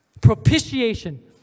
Propitiation